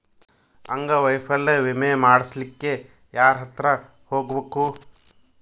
ಅಂಗವೈಫಲ್ಯ ವಿಮೆ ಮಾಡ್ಸ್ಲಿಕ್ಕೆ ಯಾರ್ಹತ್ರ ಹೊಗ್ಬ್ಖು?